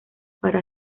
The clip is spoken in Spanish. para